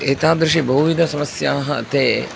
एतादृशी बहुविध समस्याः ते